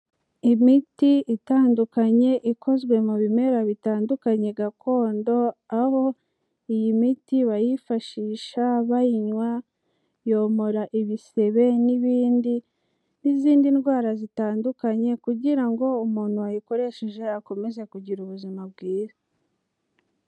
Imiti itandukanye ikozwe mu bimera bitandukanye gakondo, aho iyi miti bayifashisha bayinywa, yomora ibisebe n'ibindi n'izindi ndwara zitandukanye kugira ngo umuntu wayikoresheje akomeze kugira ubuzima bwiza.